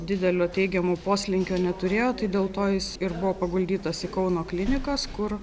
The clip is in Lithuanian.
didelio teigiamo poslinkio neturėjo tai dėl to jis ir buvo paguldytas į kauno klinikas kur